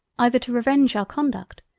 either to revenge our conduct,